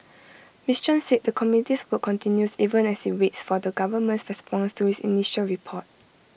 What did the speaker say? miss chan said the committee's work continues even as IT waits for the government's response to its initial report